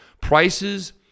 prices